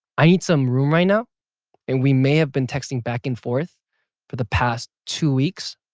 i need some room right now and we may have been texting back and forth for the past two weeks,